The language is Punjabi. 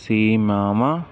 ਸੀਮਾਵਾਂ